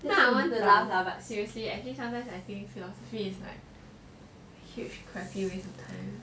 I want to laugh lah but seriously I think sometimes I think philosophy is like huge crappy waste of time